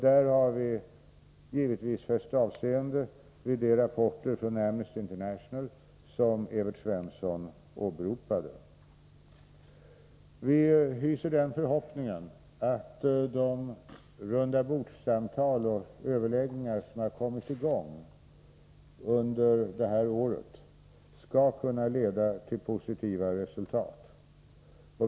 Där har vi givetvis fäst avseende vid de rapporter från Amnesty International som Evert Svensson åberopade. Vi hyser den förhoppningen att de rundabordssamtal och överläggningar som har kommit i gång under innevarande år skall kunna leda till positiva resultat.